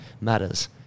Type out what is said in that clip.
matters